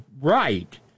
Right